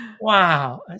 Wow